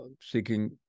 seeking